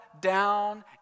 down